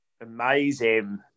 Amazing